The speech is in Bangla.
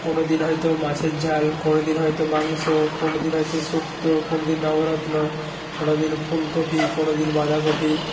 কোনোদিন হয়তো মাছের ঝাল কোনোদিন হয়তো মাংস কোনোদিন হয়তো শুক্ত কোনোদিন নবরত্ন কোনোদিন ফুলকপি কোনোদিন বাঁধাকপি